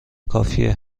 کافیه